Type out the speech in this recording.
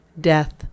Death